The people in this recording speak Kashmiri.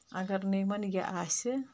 اگر نہٕ یِمَن یہِ آسہِ